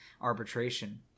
arbitration